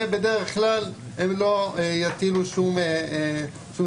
ובדרך כלל הם לא יטילו שום דבר.